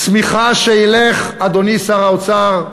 צמיחה, שילך, אדוני שר האוצר,